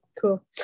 cool